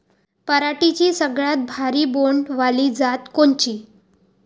पराटीची सगळ्यात भारी बोंड वाली जात कोनची?